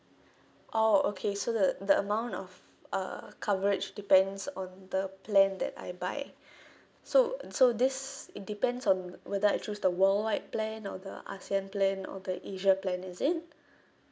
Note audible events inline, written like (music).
oh okay so the the amount of uh coverage depends on the plan that I buy (breath) so so this it depends on whether I choose the worldwide plan or the ASEAN plan or the asia plan is it